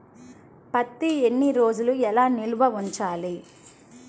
పత్తి ఎన్ని రోజులు ఎలా నిల్వ ఉంచాలి?